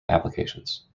applications